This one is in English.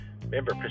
remember